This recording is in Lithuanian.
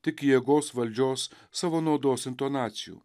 tik jėgos valdžios savo naudos intonacijų